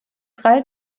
drei